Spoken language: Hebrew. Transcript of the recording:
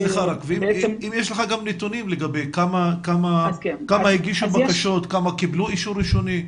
אם יש לך גם נתונים לגבי אלה שהגישו בקשות וכמה קיבלו אישור ראשוני.